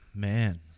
Man